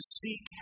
seek